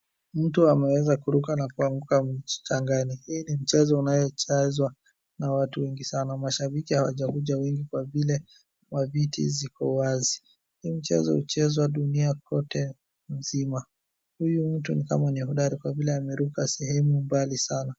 Mtu ameweza kuruka na kuanguka mchangani. Hii ni mchezo unayochezwa na watu wengi sana. Mashabiki hawajakuja wengi kwa vile viti ziko wazi. Huu mchezo huchezwa dunia kote nzima. Huyu mtu ni kama ni hodari kwa vile ameruka sehemu mbali sana.